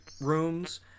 rooms